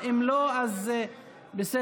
אם לא, אז בסדר.